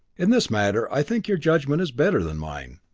in this matter, i think your judgment is better than mine.